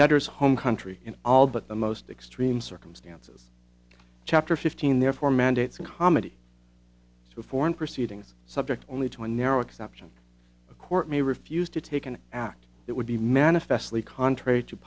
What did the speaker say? debtors home country in all but the most extreme circumstances chapter fifteen therefore mandates comedy to foreign proceedings subject only to a narrow exception a court may refuse to take an act that would be manifestly contrary to